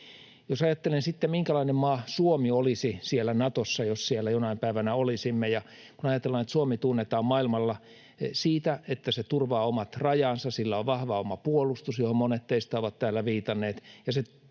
Jos ajattelen sitten, minkälainen maa Suomi olisi siellä Natossa, jos siellä jonain päivänä olisimme, niin kun ajatellaan, että Suomi tunnetaan maailmalla siitä, että se turvaa omat rajansa, sillä on vahva oma puolustus — johon monet teistä ovat täällä viitanneet